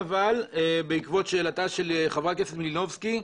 בעקבות שאלתה של חברת הכנסת מלינובסקי,